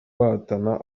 bahatana